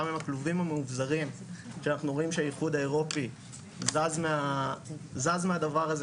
גם עם הכלובים המאוסדרים שאנחנו רואים שהאיחוד האירופי זז מהדבר הזה,